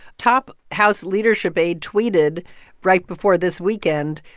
top house leadership aide tweeted right before this weekend,